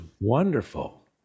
wonderful